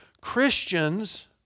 Christians